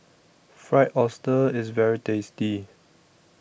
Fried Oyster IS very tasty